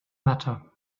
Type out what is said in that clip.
matter